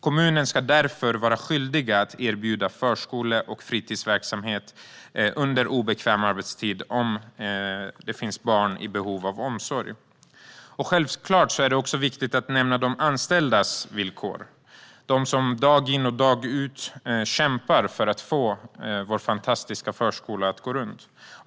Kommunerna ska därför vara skyldiga att erbjuda förskole och fritidsverksamhet under obekväm arbetstid om det finns barn i behov av omsorg. Självklart är det också viktigt att nämna de anställdas villkor - de som dag in och dag ut kämpar för att få vår fantastiska förskola att gå runt.